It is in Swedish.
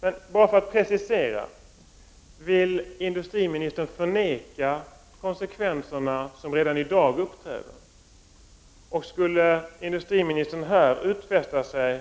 För att precisera: Vill industriministern förneka de konsekvenser som redan i dag uppträder? Och skulle industriministern redan här vilja utfästa sig